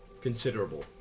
Considerable